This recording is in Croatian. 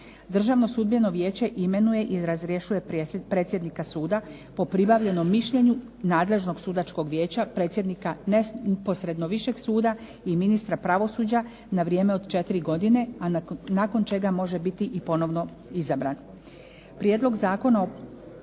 Državnog sudbenog vijeće imenuje i razrješuje predsjednika suda po pribavljenom mišljenju nadležnog sudačkog vijeća predsjednika neposredno višeg suda i ministra pravosuđa na vrijeme od 4 godine, a nakon čega ponovno može biti izabran.